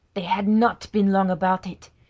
they had not been long about it!